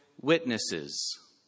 witnesses